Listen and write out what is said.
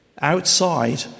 outside